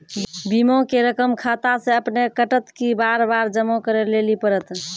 बीमा के रकम खाता से अपने कटत कि बार बार जमा करे लेली पड़त?